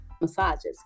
massages